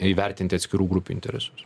įvertinti atskirų grupių interesus